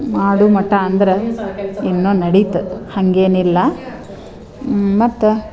ಮಾಡೋ ಮಟ್ಟ ಅಂದ್ರೆ ಇನ್ನೂ ನಡೀತು ಹಾಗೇನಿಲ್ಲ ಮತ್ತು